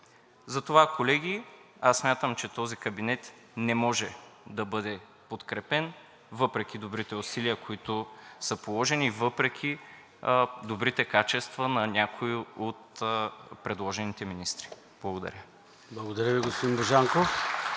Затова, колеги, аз смятам, че този кабинет не може да бъде подкрепен въпреки добрите усилия, които са положени, и въпреки добрите качества на някои от предложените министри. Благодаря. (Ръкопляскания от